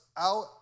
out